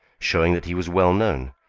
showing that he was well known,